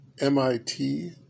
MIT